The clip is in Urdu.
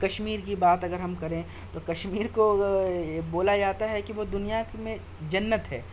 کشمیر کی بات اگر ہم کریں تو کشمیر کو بولا جاتا ہے کی وہ دنیا میں جنت ہے